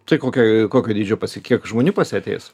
tai kokio kokio dydžio pas jį kiek žmonių pas jį ateis